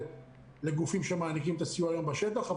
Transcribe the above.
לגופים שמעניקים את הסיוע היום בשטח,